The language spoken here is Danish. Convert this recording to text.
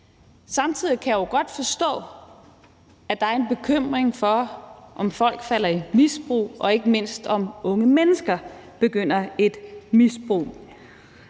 Samtidig kan jeg jo godt forstå, at der er en bekymring for, om folk falder i misbrug, og ikke mindst om unge mennesker begynder et misbrug.